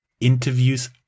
interviews